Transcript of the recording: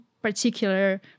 particular